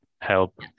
help